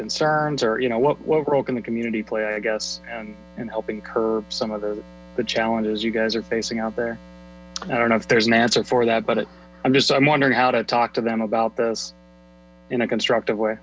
concerns or you know what well broken and community play i guess in helping curb some other the challenge is you guys are facing out there i don't know if there's an answer for that but i'm just i'm wondering how to talk to them about this in a constructive way